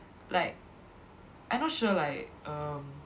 like I not sure like um